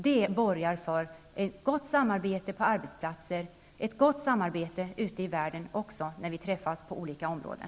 Det borgar för ett gott samarbete på arbetsplatser och också ute i världen när vi möts på olika områden.